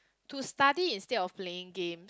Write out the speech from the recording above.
to study instead of playing games